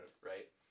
right